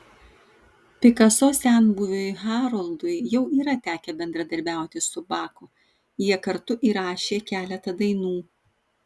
pikaso senbuviui haroldui jau yra tekę bendradarbiauti su baku jie kartu įrašė keletą dainų